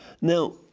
Now